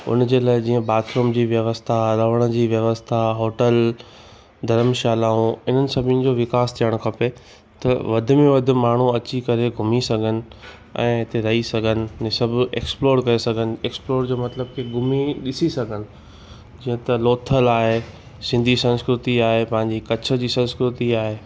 उनजे लाइ जीअं बाथरूम जी व्यवस्था रहण जी व्यवस्था होटल धर्मशालाऊं इन्हनि सभिनि जो विकास थिअणो खपे त वध में वधि माण्हू अची करे घुमी सघनि ऐं हिते रही सघनि अने सभु एक्सप्लोर करे सघनि एक्सप्लोर जो मतिलब की घुमी ॾिसी सघनि जीअं त लोथल आहे सिंधी संस्कृति आहे पंहिंजी कच्छ जी संस्कृति आहे